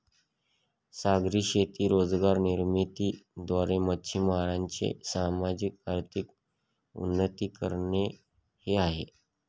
सागरी शेती रोजगार निर्मिती द्वारे, मच्छीमारांचे सामाजिक, आर्थिक उन्नती करणे हे आहे